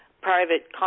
private